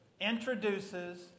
introduces